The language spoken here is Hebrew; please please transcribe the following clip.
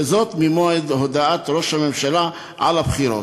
וזאת ממועד הודעת ראש הממשלה על הבחירות,